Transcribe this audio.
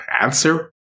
answer